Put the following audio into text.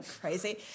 crazy